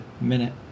Minute